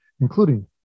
including